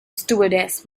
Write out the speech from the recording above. stewardess